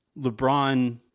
LeBron